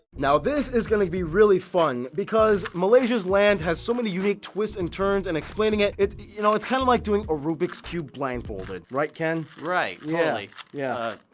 now this is gonna be really fun, because malaysia's land has so many unique twists and turns and explaining it is, you know, it's kind of like doing a rubik's cube blindfolded. right ken? right. yeah. yeah,